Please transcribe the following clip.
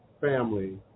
family